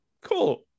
cool